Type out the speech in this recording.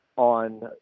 On